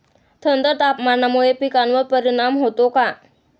थंड तापमानामुळे पिकांवर परिणाम होतो का?